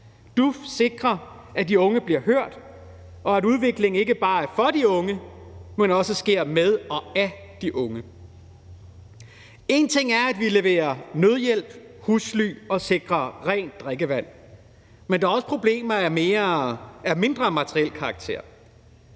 DUF sikrer, at de unge bliver hørt, og at udviklingen ikke bare er for de unge, men også sker med og af de unge. Én ting er, at vi leverer nødhjælp og husly og sikrer rent drikkevand, men der er også problemer af mindre materiel karakter.